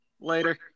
Later